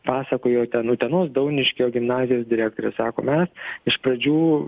pasakojo ten utenos dauniškio gimnazijos direktorius sako mes iš pradžių